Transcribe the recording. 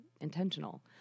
intentional